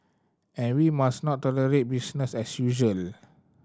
and we must not tolerate business as usual